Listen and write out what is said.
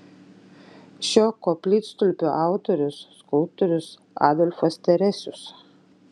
šio koplytstulpio autorius skulptorius adolfas teresius